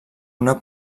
una